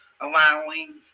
allowing